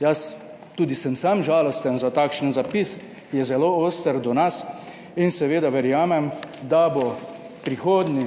Jaz tudi sem sam žalosten za takšen zapis je zelo oster do nas in seveda verjamem da bo prihodnji